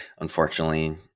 Unfortunately